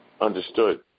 Understood